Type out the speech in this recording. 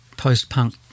post-punk